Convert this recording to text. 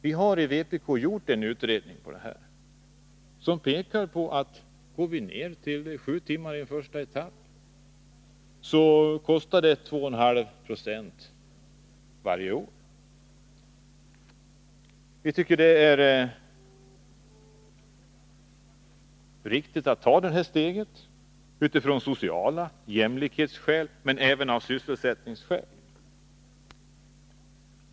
Vi har i vpk gjort en utredning av detta, som pekar på att går vi i en första etapp ner till sju timmar, så kostar det 2,5 20 varje år. Vi tycker att det är riktigt att ta det här steget, utifrån sociala skäl och jämlikhetsskäl men även av sysselsättningsskäl.